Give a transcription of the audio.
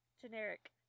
generic